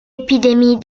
épidémie